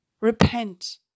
repent